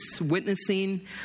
witnessing